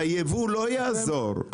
והייבוא לא יעזור,